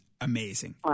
amazing